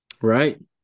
Right